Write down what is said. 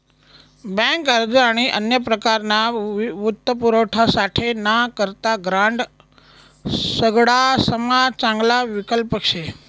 bank अर्ज आणि अन्य प्रकारना वित्तपुरवठासाठे ना करता ग्रांड सगडासमा चांगला विकल्प शे